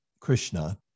Krishna